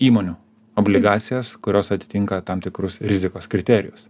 įmonių obligacijas kurios atitinka tam tikrus rizikos kriterijus